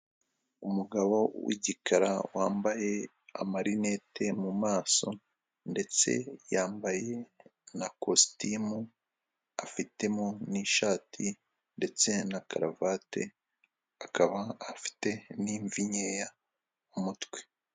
Umugabo wigikara wambaye amarinete mumaso ndetse yambaye na kositimu afitemo nishati ndetse na karuvati akaba afite n'imvi nkeya kumutwe.